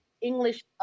English